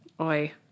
Oi